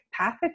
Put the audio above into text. pathogen